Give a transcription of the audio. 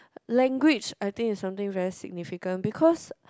language I think is something very significant because